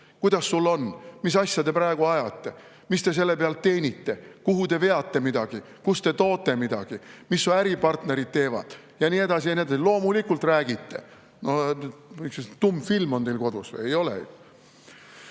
kuidas sul on, mis asja te praegu ajate, mis te selle pealt teenite, kuhu te veate midagi, kust te toote midagi, mis su äripartnerid teevad ja nii edasi ja nii edasi. Loomulikult räägite. Tummfilm on teil kodus või? Ei ole